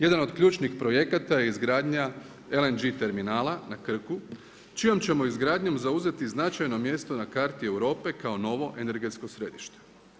Jedan od ključnih projekata je izgradnja LNG terminala na Krku čijom ćemo izgradnjom zauzeto značajno mjesto na karti Europe kao novo energetsko središte.